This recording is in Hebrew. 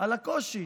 על הקושי